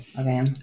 Okay